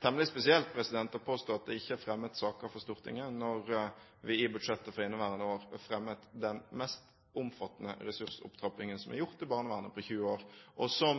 temmelig spesielt å påstå at det ikke er fremmet saker for Stortinget når vi i budsjettet for inneværende år fremmet den mest omfattende ressursopptrappingen som er gjort i barnevernet på 20 år, og som